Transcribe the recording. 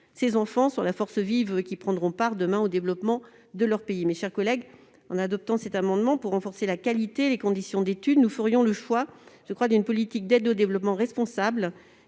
Ces enfants sont la force vive qui prendra part demain au développement de leur pays. Mes chers collègues, en adoptant cet amendement pour renforcer la qualité des conditions d'études, nous ferions le choix, je le crois, d'une politique d'aide au développement responsable,